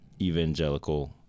evangelical